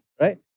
Right